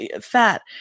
fat